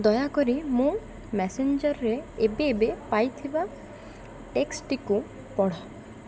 ଦୟାକରି ମୁଁ ମେସେଞ୍ଜର୍ରେ ଏବେ ଏବେ ପାଇଥିବା ଟେକ୍ସଟ୍ଟିକୁ ପଢ଼